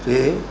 ਅਤੇ